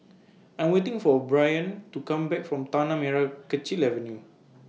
I Am waiting For Bryon to Come Back from Tanah Merah Kechil Avenue